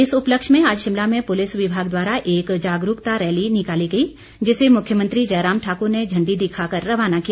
इस उपलक्ष्य में आज शिमला में पुलिस विभाग द्वारा एक जागरूकता रैली निकाली गई जिसे मुख्यमंत्री जयराम ठाकुर ने इांडी दिखाकर रवाना किया